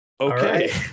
okay